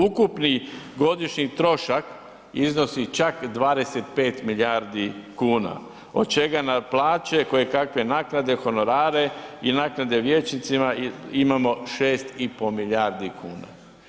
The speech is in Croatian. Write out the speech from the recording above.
Ukupni godišnji trošak iznosi čak 25 milijardi kuna od čega na plaće, koje kakve naknade, honorare i naknade vijećnicima imao 6,5 milijardi kuna.